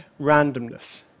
randomness